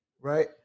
right